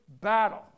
battle